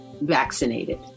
vaccinated